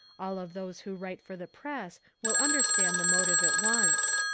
all of those who write for the press will understand the motive at once.